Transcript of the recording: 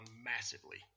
massively